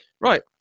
Right